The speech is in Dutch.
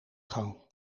gang